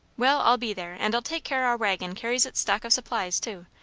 well, i'll be there, and i'll take care our waggon carries its stock of supplies too.